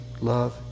love